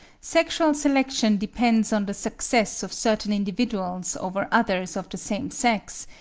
sexual selection depends on the success of certain individuals over others of the same sex,